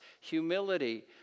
humility